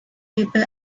people